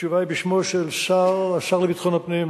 התשובה היא בשמו של השר לביטחון הפנים,